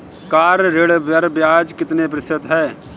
Car ऋण पर ब्याज कितने प्रतिशत है?